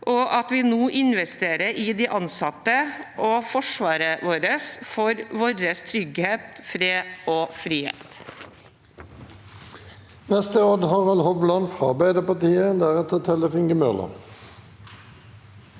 og at vi nå investerer i de ansatte og forsvaret vårt, for vår trygghet, fred og frihet.